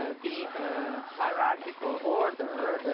ah the ah hierarchical order